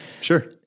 Sure